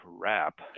crap